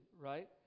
right